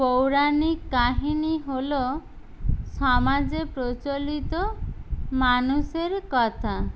পৌরাণিক কাহিনি হলো সমাজে প্রচলিত মানুষের কথা